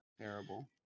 Terrible